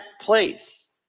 place